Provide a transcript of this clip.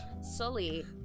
Sully